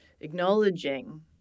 acknowledging